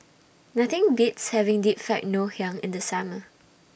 Nothing Beats having Deep Fried Ngoh Hiang in The Summer